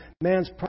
Man's